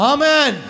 Amen